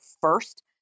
first